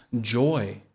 joy